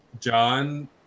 John